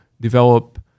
develop